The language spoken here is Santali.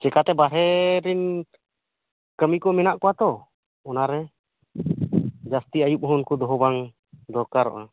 ᱪᱤᱠᱟᱹᱛᱮ ᱵᱟᱨᱦᱮ ᱨᱮᱱ ᱠᱟᱹᱢᱤ ᱠᱚ ᱢᱮᱱᱟᱜ ᱠᱚᱣᱟ ᱛᱚ ᱚᱱᱟ ᱨᱮ ᱡᱟᱹᱥᱛᱤ ᱟᱹᱭᱩᱵ ᱦᱚᱸ ᱩᱱᱠᱩ ᱫᱚᱦᱚᱸ ᱵᱟᱝ ᱫᱚᱨᱠᱟᱨᱚᱜᱼᱟ